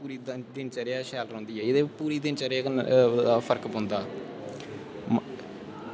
ते दिनचर्या शैल रौहंदी ऐ ते पूरी दिनचर्या दा फर्क पौंदा